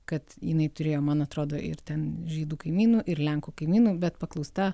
kad jinai turėjo man atrodo ir ten žydų kaimynų ir lenkų kaimynų bet paklausta